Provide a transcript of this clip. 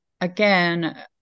again